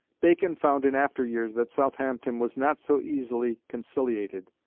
bacon found in after years that southampton was not so easily conciliated.